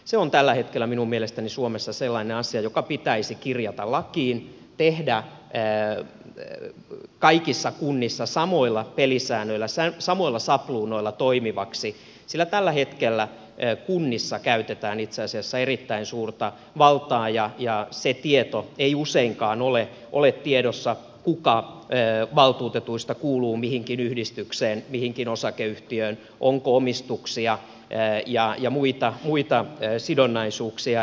se on tällä hetkellä minun mielestäni suomessa sellainen asia joka pitäisi kirjata lakiin tehdä kaikissa kunnissa samoilla pelisäännöillä samoilla sapluunoilla toimivaksi sillä tällä hetkellä kunnissa käytetään itse asiassa erittäin suurta valtaa ja se tieto ei useinkaan ole tiedossa kuka valtuutetuista kuuluu mihinkin yhdistykseen mihinkin osakeyhtiöön onko omistuksia ja muita sidonnaisuuksia